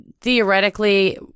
theoretically